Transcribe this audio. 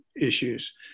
issues